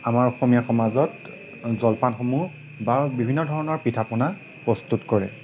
আমাৰ অসমীয়া সমাজত জলপানসমূহ বা বিভিন্ন ধৰণৰ পিঠা পনা প্ৰস্তুত কৰে